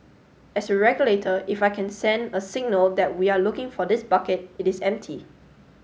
as a regulator if I can send a signal that we are looking for this bucket it is empty